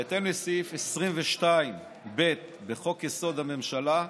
בהתאם לסעיף 22(ב) בחוק-יסוד: הממשלה,